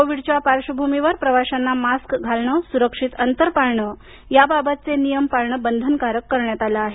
कोविडच्या पार्श्वभूमीवर प्रवाशांना मास्क घालणं सुरक्षित अंतर पाळणं याबाबतचे नियम पाळण बंधनकारक करण्यात आलं आहे